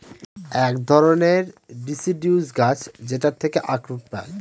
এক ধরনের ডিসিডিউস গাছ যেটার থেকে আখরোট পায়